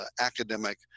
academic